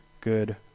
good